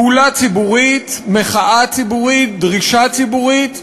פעולה ציבורית, מחאה ציבורית, דרישה ציבורית,